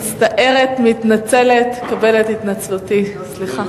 מצטערת, מתנצלת, קבל את התנצלותי, סליחה.